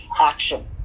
action